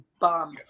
bum